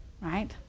right